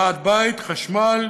ועד בית, חשמל.